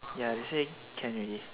ya they say can ready eh